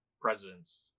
presidents